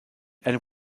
and